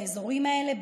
לאזורים האלה,